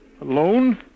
alone